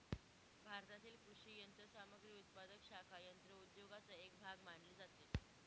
भारतातील कृषी यंत्रसामग्री उत्पादक शाखा यंत्र उद्योगाचा एक भाग मानली जाते